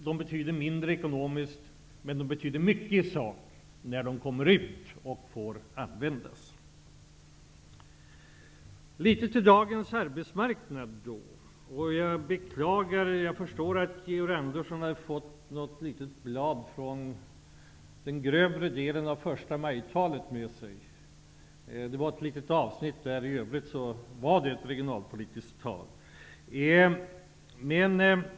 De betyder mindre ekonomiskt, men de betyder mycket i sak när de kommer ut och får användas. Låt mig sedan gå över till dagens arbetsmarknad. Jag förstår att Georg Andersson har fått något litet blad från den grövre delen av förstamajtalet med sig. Det var ett litet avsnitt som tydde på det. I övrigt var det ett regionalpolitiskt tal.